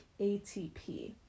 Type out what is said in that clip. ATP